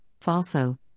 FALSO